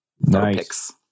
Nice